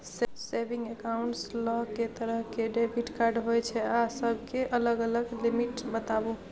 Saving accounts ल के तरह के डेबिट कार्ड होय छै आ सब के अलग अलग लिमिट बताबू?